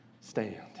stand